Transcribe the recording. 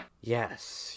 yes